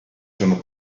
sono